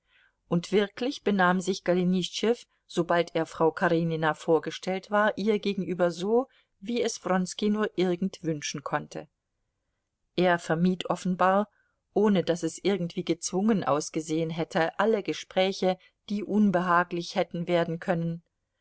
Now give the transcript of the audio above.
und wirklich benahm sich golenischtschew sobald er frau karenina vorgestellt war ihr gegenüber so wie es wronski nur irgend wünschen konnte er vermied offenbar ohne daß es irgendwie gezwungen ausgesehen hätte alle gespräche die unbehaglich hätten werden können